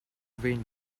vane